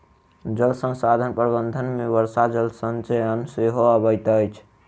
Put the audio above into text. जल संसाधन प्रबंधन मे वर्षा जल संचयन सेहो अबैत अछि